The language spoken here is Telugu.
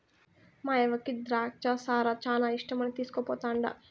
మాయవ్వకి ద్రాచ్చ సారా శానా ఇష్టమని తీస్కుపోతండా